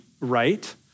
right